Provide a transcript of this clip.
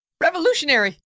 Revolutionary